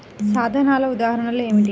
సాధనాల ఉదాహరణలు ఏమిటీ?